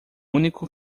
único